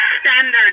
standard